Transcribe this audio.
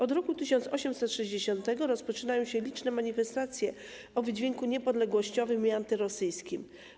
Od roku 1860 rozpoczęły się liczne manifestacje o wydźwięku niepodległościowym i antyrosyjskim.